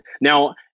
now